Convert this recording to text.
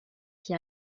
qui